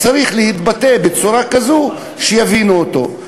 הוא צריך להתבטא בצורה כזאת שיבינו אותו.